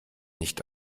nicht